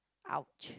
ouch